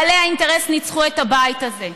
בעלי האינטרס ניצחו את הבית הזה.